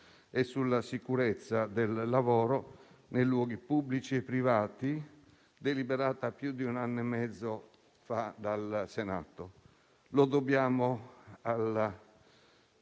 e sulla sicurezza nei luoghi di lavoro pubblici e privati, deliberata più di un anno e mezzo fa dal Senato. Lo dobbiamo